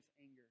anger